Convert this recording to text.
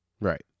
Right